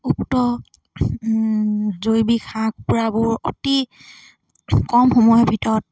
উক্ত জৈৱিক হাঁহ কুকুৰাবোৰ অতি কম সময়ৰ ভিতৰত